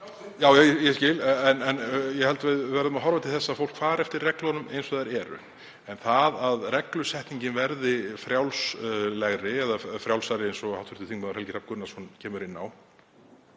já, ég skil en ég held við verðum að horfa til þess að fólk fari eftir reglunum eins og þær eru. En það að reglusetningin verði frjálsari, eins og hv. þm. Helgi Hrafn Gunnarsson kemur inn á,